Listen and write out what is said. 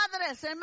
madres